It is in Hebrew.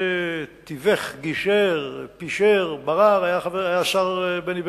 מי שתיווך-גישר-פישר-ברר, היה השר בני בגין.